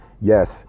Yes